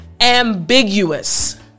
Ambiguous